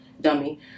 dummy